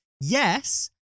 Yes